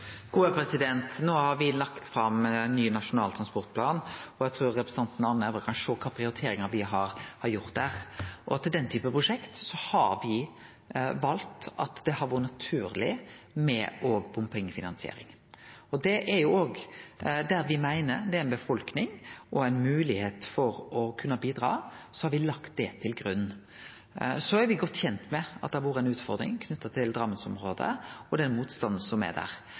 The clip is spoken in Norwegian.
har me lagt fram ein ny nasjonal transportplan, og eg trur representanten Arne Nævra kan sjå kva prioriteringar me har gjort der. Til den typen prosjekt har me valt at det er naturleg med òg bompengefinansiering. Der me meiner at det er ei befolkning og ei moglegheit for å kunne bidra, så har me lagt det til grunn. Me er godt kjende med at det har vore ei utfordring knytt til Drammensområdet og den motstanden som er der.